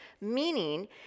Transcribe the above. meaning